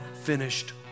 finished